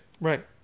Right